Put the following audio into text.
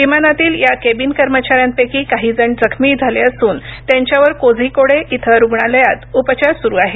विमानातील या केबिन कर्मचाऱ्यांपैकी काही जण जखमी झाले असून त्यांच्यावर कोझीकोडे इथं रुग्णालयात उपचार सुरू आहेत